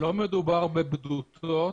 לא מדובר בבדותות.